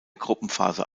gruppenphase